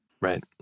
Right